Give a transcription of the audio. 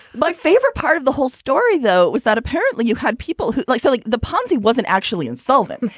my favorite part of the whole story, though, was that apparently you had people like say like the ponzi wasn't actually insolvent.